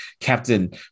captain